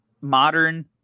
modern